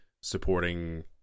supporting